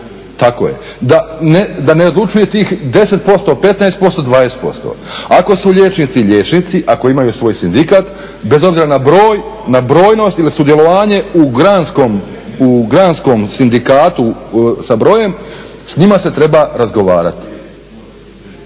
tako je da ne odlučuje tih 10%, 15%, 20%. Ako su liječnici liječnici ako imaju svoj sindikat, bez obzira na broj, na brojnost ili sudjelovanje u granskom sindikatu sa brojem s njima se treba razgovarati,